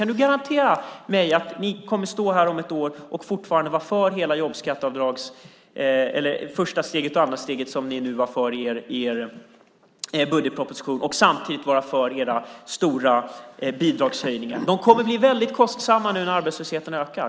Kan du garantera att ni kommer att stå här om ett år och fortfarande vara för första och andra steget som ni var för i er budgetproposition och samtidigt vara för era stora bidragshöjningar? De kommer att bli väldigt kostsamma nu när arbetslösheten ökar.